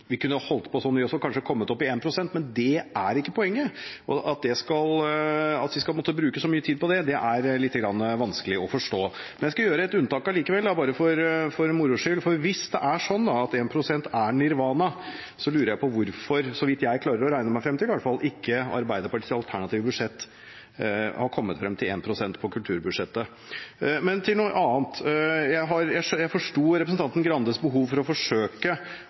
vi kunne hentet 40 mill. kr fra gavefradraget og vi kunne holdt på sånn, vi også, og kanskje kommet opp i 1 pst. Men det er ikke poenget, at vi skal måtte bruke så mye tid på det. Det er litt vanskelig å forstå. Jeg skal gjøre et unntak allikevel – bare for moro skyld. Hvis det er sånn at 1 pst. er nirvana, så lurer jeg på hvorfor – så vidt jeg klarer å regne meg fram til i hvert fall – ikke Arbeiderpartiets alternative budsjett har kommet fram til 1 pst. på kulturbudsjettet. Til noe annet: Jeg forsto representanten Grandes behov for å forsøke